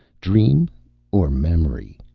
dream or memory?